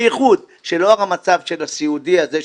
בייחוד שלאור המצב הסיעודי הזה,